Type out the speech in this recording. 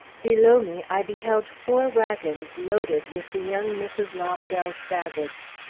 below me, i beheld four wagons loaded with the young mrs. lobdell's baggage.